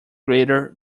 greater